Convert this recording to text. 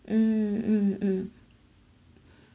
mm mm mm